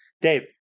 Dave